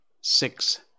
six